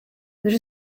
there